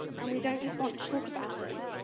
and we don't just want to talk about it,